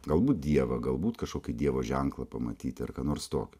galbūt dievą galbūt kažkokį dievo ženklą pamatyti ar ką nors tokio